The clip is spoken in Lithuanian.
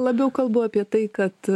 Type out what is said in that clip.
labiau kalbu apie tai kad